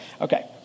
Okay